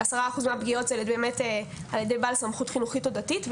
ו-10% מהפגיעות הן אצל בעל סמכות חינוכית או דתית.